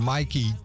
Mikey